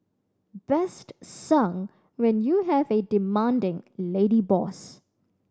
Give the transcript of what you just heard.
best sung when you have a demanding lady boss